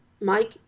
Mike